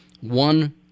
one